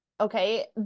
Okay